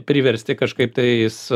priversti kažkaip tais